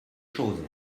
choses